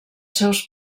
seus